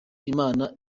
imana